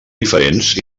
diferents